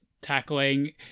tackling